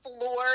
floor